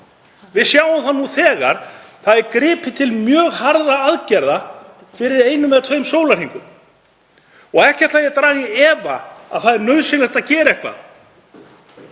Við sjáum það nú þegar. Það var gripið til mjög harðra aðgerða fyrir einum eða tveimur sólarhringum. Ekki ætla ég að draga í efa að það er nauðsynlegt að gera eitthvað